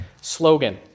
slogan